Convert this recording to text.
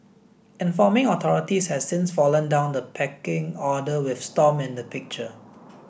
informing authorities has since fallen down the pecking order with Stomp in the picture